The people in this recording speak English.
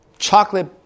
Chocolate